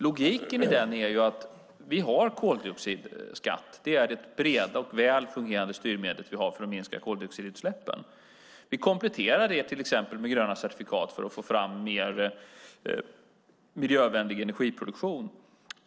Logiken i den är att vi har koldioxidskatt. Det är det breda och väl fungerande styrmedel vi har för att minska koldioxidutsläppen. Vi kompletterar det till exempel med gröna certifikat för att få fram mer miljövänlig energiproduktion.